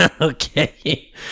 okay